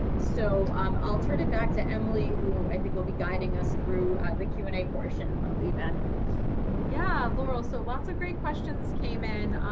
so um i'll turn it back to emily who i think will be guiding us through the q and a portion of the event. emily yeah, laurel. so lots of great questions came in.